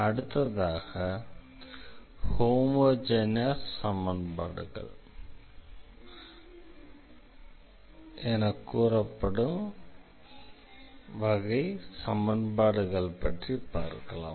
அடுத்ததாக ஹோமோஜெனஸ் சமன்பாடுகள் என கூறப்படும் வகை சமன்பாடுகள் பற்றி பார்க்கலாம்